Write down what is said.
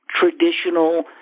traditional